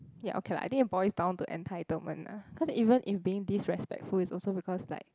ya okay lah I think it boils down to entitlement ah cause even if being disrespectful is also because like